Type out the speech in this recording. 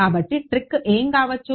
కాబట్టి ట్రిక్ ఏమి కావచ్చు